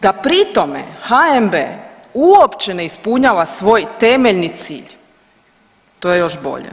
Da pri tome HNB-e uopće ne ispunjava svoj temeljni cilj to je još bolje.